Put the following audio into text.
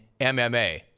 MMA